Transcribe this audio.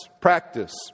practice